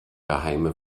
geheime